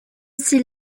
s’il